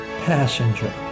passenger